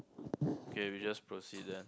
K we just proceed then